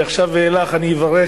מעכשיו ואילך אני אברך